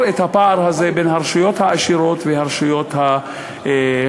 את הפער הזה בין הרשויות העשירות לרשויות החלשות.